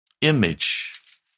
Image